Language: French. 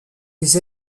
les